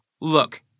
Look